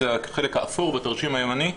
זה החלק האפור בתרשים הימני,